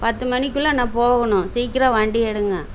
பத்து மணிக்குள்ளே நான் போகணும் சீக்கிரம் வண்டி எடுங்க